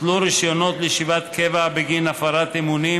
בוטלו רישיונות לישיבת קבע בגין הפרת אמונים